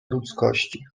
ludzkości